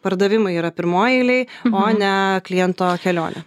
pardavimai yra pirmoj eilėj o ne kliento kelionė